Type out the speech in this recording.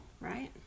Right